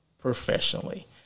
professionally